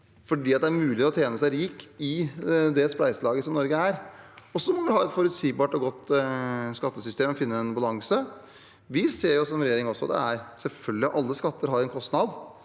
fordi det er mulig å tjene seg rik i det spleiselaget som Norge er. Vi må ha et forutsigbart og godt skattesystem og finne en balanse. Som regjering ser vi selvfølgelig også at alle skatter har en kostnad.